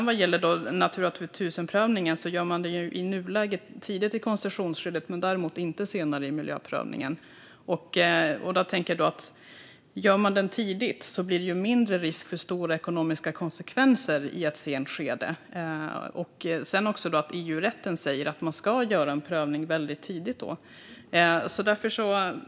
Vad gäller Natura 2000-prövningen gör man den i nuläget tidigt i koncessionsskedet men däremot inte senare i miljöprövningen. Jag tänker att om man gör den tidigt blir det mindre risk för stora ekonomiska konsekvenser i ett sent skede. Också EU-rätten säger att man ska göra en prövning väldigt tidigt.